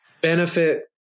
benefit